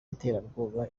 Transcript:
iterabwoba